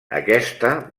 aquesta